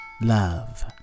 love